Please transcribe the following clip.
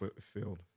field